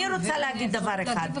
אני רוצה להגיד דבר אחד --- את מתייחסת לכל